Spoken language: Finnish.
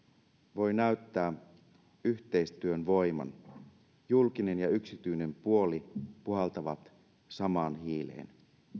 voi näyttää yhteistyön voiman julkinen ja yksityinen puoli puhaltavat samaan hiileen